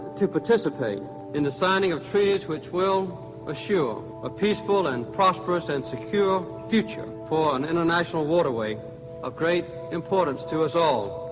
to participate in the signing of treaties which will assure a peaceful and prosperous and secure future for an international waterway of great importance to us all.